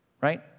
Right